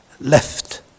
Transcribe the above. left